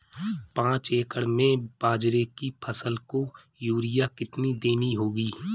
पांच एकड़ में बाजरे की फसल को यूरिया कितनी देनी होगी?